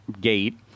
gate